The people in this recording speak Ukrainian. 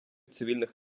цивільних